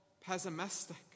pessimistic